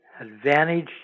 advantage